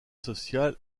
sociale